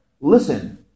listen